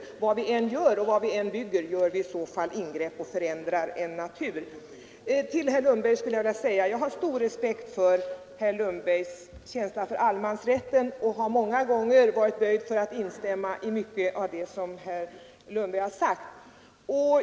Men vad vi än gör och vad vi än bygger, så gör vi ingrepp och förändrar en natur. Till herr Lundberg vill jag säga: Jag har stor respekt för herr Lundbergs känsla för allemansrätten och har många gånger varit böjd för att instämma i mycket av det som herr Lundberg sagt.